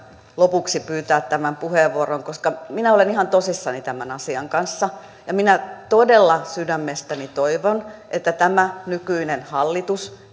lopuksi pyytää tämän puheenvuoron koska minä olen ihan tosissani tämän asian kanssa ja minä todella sydämestäni toivon että tämä nykyinen hallitus